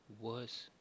worse